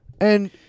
And-